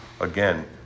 again